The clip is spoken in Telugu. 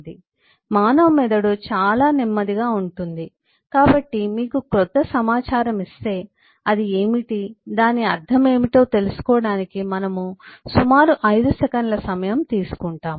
మానవ మెదడు చాలా నెమ్మదిగా ఉంటుంది కాబట్టి మీకు క్రొత్త సమాచారం ఇస్తే అది ఏమిటి దాని అర్థం ఏమిటో తెలుసుకోవడానికి మనము సుమారు 5 సెకన్ల సమయం తీసుకుంటాము